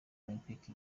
olempike